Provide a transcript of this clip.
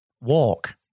walk